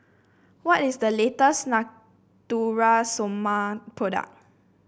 what is the latest Natura Stoma product